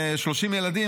30 ילדים,